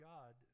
God